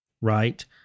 right